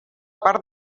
part